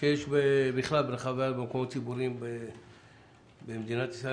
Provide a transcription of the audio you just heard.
שיש בכלל במקומות ציבוריים במדינת ישראל,